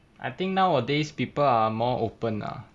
I think nowadays people are more open lah